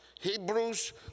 Hebrews